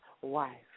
wife